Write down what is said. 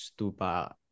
stupa